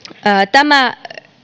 tämä